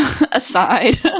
aside